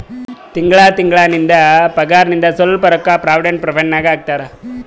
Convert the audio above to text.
ತಿಂಗಳಾ ತಿಂಗಳಾ ನಿಂದ್ ಪಗಾರ್ನಾಗಿಂದ್ ಸ್ವಲ್ಪ ರೊಕ್ಕಾ ಪ್ರೊವಿಡೆಂಟ್ ಫಂಡ್ ನಾಗ್ ಹಾಕ್ತಾರ್